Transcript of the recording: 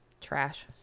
trash